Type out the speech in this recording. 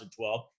2012